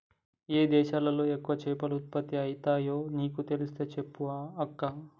ఏయే దేశాలలో ఎక్కువ చేపలు ఉత్పత్తి అయితాయో నీకు తెలిస్తే చెప్పవ అక్కా